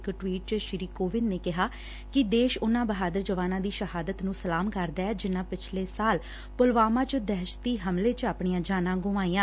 ਇਕ ਟਵੀਟ ਚ ਸ੍ਰੀ ਕੋਵਿਦ ਨੇ ਕਿਹਾ ਕਿ ਦੇਸ਼ ਉਨੂਾ ਬਹਾਦਰ ਜਵਾਨਾਂ ਦੀ ਸ਼ਹਾਦਤ ਨੂੰ ਸਲਾਮ ਕਰਦੈ ਜਿਨੂਾ ਪਿਛਲੇ ਸਾਲ ਪੁਲਵਾਮਾ ਚ ਦਹਿਸ਼ਤੀ ਹਮਲੇ ਚ ਆਪਣੀਆਂ ਜਾਨਾਂ ਗੁਆਈੱਆਂ